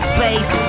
face